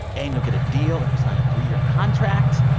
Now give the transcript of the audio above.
and you'll get a deal if you sign a three-year contract.